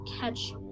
catch